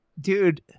dude